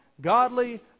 godly